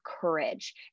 courage